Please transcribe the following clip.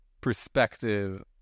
perspective